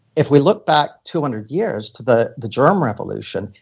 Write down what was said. if we look back two hundred years to the the germ revolution,